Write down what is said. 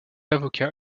avocat